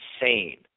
insane